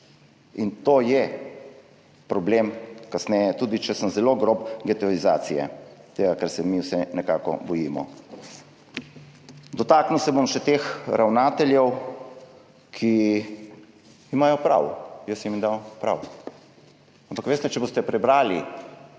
In to je problem kasneje tudi, če sem zelo grob, getoizacije, tega, česar se mi vsi nekako bojimo. Dotaknil se bom še ravnateljev, ki imajo prav, jaz jim dam prav. Ampak veste, če boste prebrali